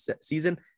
season